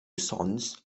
sons